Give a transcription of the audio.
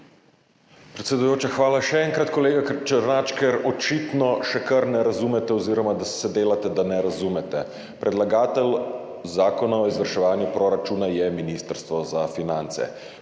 Predsedujoča, hvala. Še enkrat, kolega Černač, ker očitno še kar ne razumete oziroma se delate, da ne razumete. Predlagatelj zakona o izvrševanju proračuna je Ministrstvo za finance.